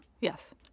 Yes